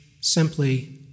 simply